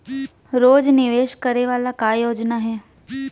रोज निवेश करे वाला का योजना हे?